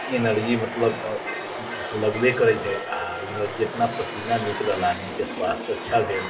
energy मतलब लगबे करै छै एनर्जी एतना पसीना निकलल आदमीके स्वास्थ्य अच्छा भेल